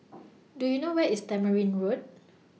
Do YOU know Where IS Tamarind Road